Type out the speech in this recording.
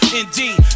indeed